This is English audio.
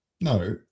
No